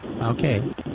Okay